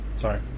Sorry